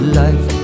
life